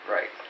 Right